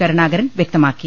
കരുണാകരൻ വ്യക്തമാക്കി